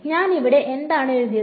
ഞാൻ ഇവിടെ എന്താണ് എഴുതിയത്